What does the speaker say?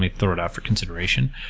may throw it out for consideration.